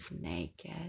naked